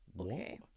okay